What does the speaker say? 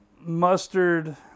mustard